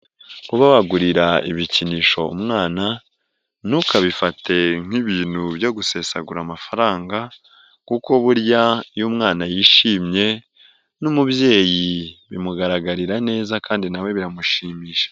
Kuba wagurira ibikinisho umwana ntukabifate nk'ibintu byo gusesagura amafaranga kuko burya iyo umwana yishimye n'umubyeyi bimugaragarira neza kandi na we biramushimisha.